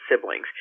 siblings